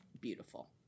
beautiful